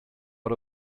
out